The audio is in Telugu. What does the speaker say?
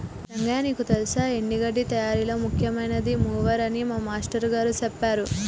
రంగయ్య నీకు తెల్సా ఎండి గడ్డి తయారీలో ముఖ్యమైనది మూవర్ అని మా మాష్టారు గారు సెప్పారు